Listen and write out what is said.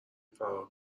فرار